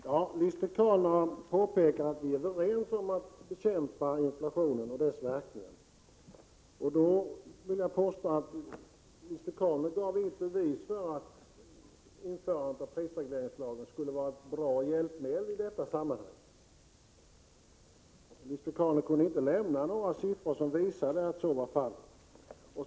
Herr talman! Lisbet Calner påpekade att vi är överens om att bekämpa inflationen och dess verkningar. Jag vill påstå att Lisbet Calner inte gav något bevis för att införandet av prisregleringslagen skulle vara ett bra hjälpmedel i detta sammanhang. Hon kunde inte lämna några siffror som visar att så är fallet.